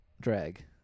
drag